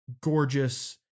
gorgeous